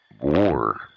war